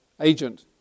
agent